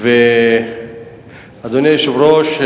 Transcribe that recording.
אדוני היושב-ראש,